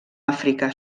àfrica